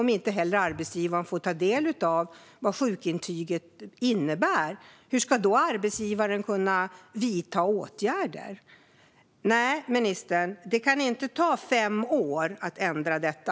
Om inte arbetsgivaren får ta del av vad sjukintyget innebär, hur ska då arbetsgivaren kunna vidta åtgärder? Nej, ministern, det kan inte ta fem år att ändra detta.